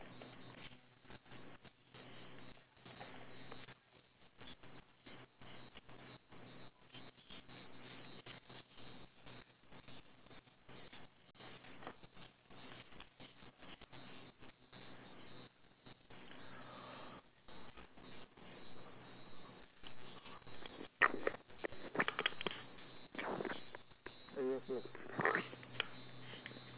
eh yes yes